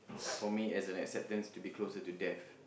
for me as an acceptance to be closer to death